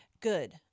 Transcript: Good